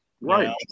Right